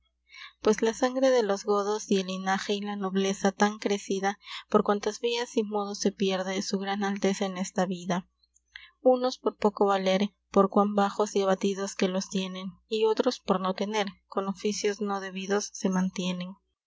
pues la sangre de los godos y el linage y la nobleza tan crecida por quantas vias y modos se pierde su gran alteza en esta vida vnos por poco valer por quan baxos y abatidos que los tienen y otros por no tener con ofiios no deuidos se mantienen